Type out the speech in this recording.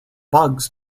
bugs